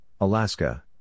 Alaska